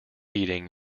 eating